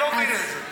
אני לא מבין את זה.